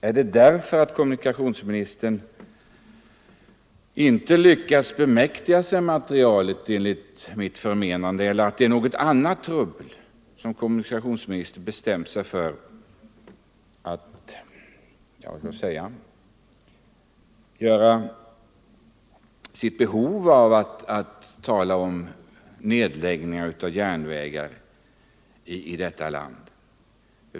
Är det på grund av att kommunikationsministern inte lyckats bemäktiga sig materialet eller är det på grund av något annat trubbel som kommunikationsministern tydligen känner behov att tala om nedläggningar av järnvägar i detta land?